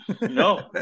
No